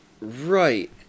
Right